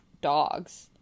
Dogs